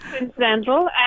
incidental